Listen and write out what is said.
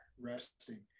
resting